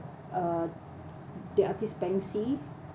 uh that artist banksy